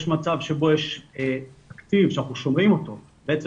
יש מצב שבו יש תקציב שאנחנו שומרים אותו בעצם